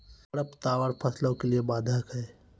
खडपतवार फसलों के लिए बाधक हैं?